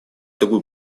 такую